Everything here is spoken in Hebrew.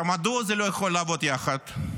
מדוע זה לא יכול לעבוד יחד?